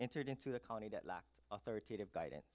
entered into the colony that lacked authoritative guidance